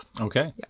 Okay